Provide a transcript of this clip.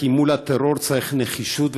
כי מול הטרור צריך נחישות,